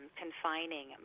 confining